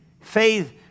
Faith